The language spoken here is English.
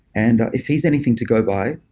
and if he's anything to go by,